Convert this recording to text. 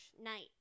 night